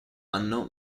anno